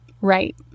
right